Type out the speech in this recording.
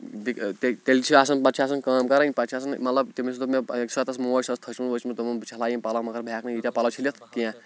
تیٚلہِ چھِ آسان پَتہٕ چھِ آسان کٲم کَرٕنۍ پَتہٕ چھِ آسان مطلب تٔمِس دوٚپ مےٚ اکہِ ساتہٕ أسۍ موج سۄ ٲس تھٔچمٕژ ؤچمٕژ تٔمۍ وون بہٕ چھَلہٕ ہا یِم پَلَو مگر بہٕ ہٮ۪کہٕ نہٕ ییٖتیٛاہ پَلَو چھٔلِتھ کینٛہہ